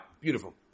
Beautiful